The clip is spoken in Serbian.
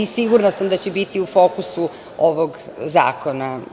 Sigurna sam da će biti u fokusu ovog zakona.